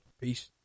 Peace